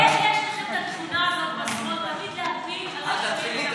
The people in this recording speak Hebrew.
איך יש לכם את התכונה הזאת בשמאל תמיד להפיל על הימין?